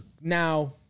Now